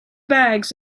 bags